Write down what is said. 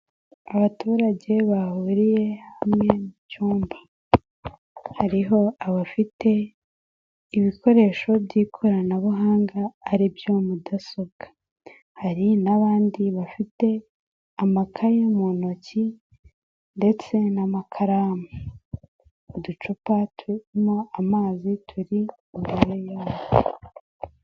Abaturage bahuriye hamwe mu cyumba. Hariho abafite ibikoresho by'ikoranabuhanga ari byo mudasobwa. Hari n'abandi bafite amakaye mu ntoki ndetse n'amakaramu. Uducupa turimo amazi turi imbere yabo.